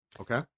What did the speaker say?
Okay